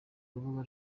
rubuga